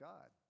God